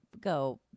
go